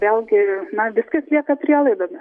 vėlgi na viskas lieka prielaidomis